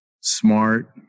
smart